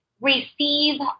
receive